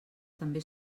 també